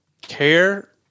care